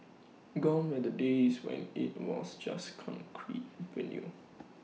gone are the days when IT was just concrete venue